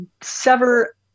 sever